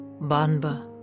Banba